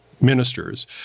ministers